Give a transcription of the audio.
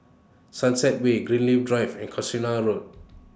Sunset Way Drive and Casuarina Road